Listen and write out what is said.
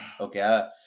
Okay